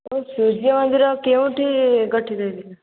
ଆଉ ସୂର୍ଯ୍ୟ ମନ୍ଦିର କେଉଁଠି ଗଠିତ ହେଇଥିଲା